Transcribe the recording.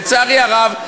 לצערי הרב,